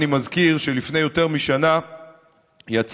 אני מזכיר שלפני יותר משנה יצאנו,